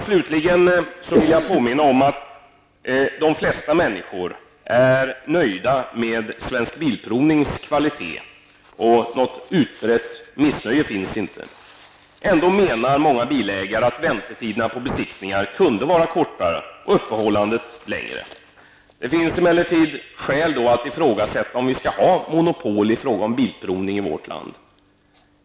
Slutligen vill jag påminna om att de flesta människor är nöjda med Svensk Bilprovnings kvalitet, och något utbrett missnöje finns inte. Ändå menar många bilägare att väntetiderna på besiktningar kunde vara kortare och öppethållandet längre. Det finns då skäl att ifrågasätta om vi skall ha monopol på bilprovning i vårt land.